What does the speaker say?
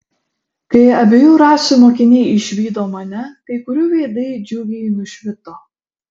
kai abiejų rasių mokiniai išvydo mane kai kurių veidai džiugiai nušvito